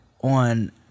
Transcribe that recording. on